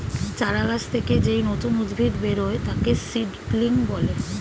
চারা গাছ থেকে যেই নতুন উদ্ভিদ বেরোয় তাকে সিডলিং বলে